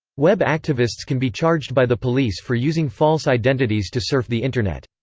web activists can be charged by the police for using false identities to surf the internet.